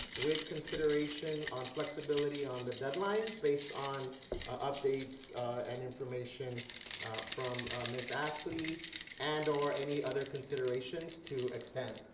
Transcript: with consideration on flexibility on the deadlines based on updates and information from ms. ashley and or any other considerations to extend.